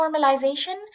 normalization